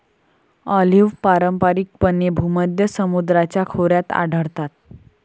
olive पारंपारिकपणे भूमध्य समुद्राच्या खोऱ्यात आढळतात